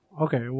okay